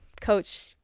Coach